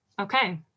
okay